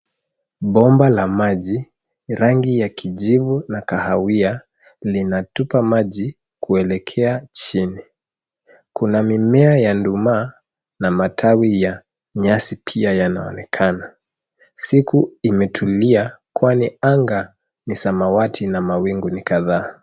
Bomba la maji, rangi ya kijivu na kahawia linatupa maji kuelekea chini. Kuna mimea ya nduma na matawi ya nyasi pia yanaonekana. Siku imetulia kwani anga ni samawati na mawingu ni kadhaa.